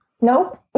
No